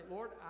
Lord